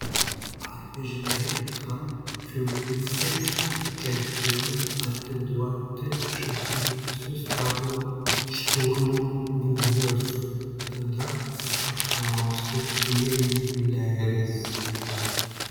ar žinai kam fiureris ketina atiduoti šauniuosius tavo šturmo būrius tada paklausė himleris